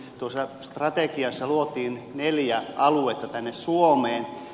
tuossa strategiassa luotiin neljä aluetta tänne suomeen